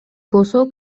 болсо